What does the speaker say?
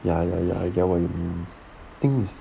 ya ya ya I get what you mean I think is